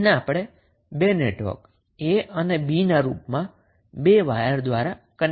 જેને આપણે 2 વાયર દ્વારા કનેક્ટ થયેલા 2 નેટવર્ક A અને B ના રૂપમાં રિઅરેંજ કરીએ છીએ